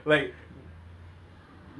ya that's the stereotype that's the stereotype